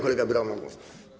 Kolega Braun ma głos.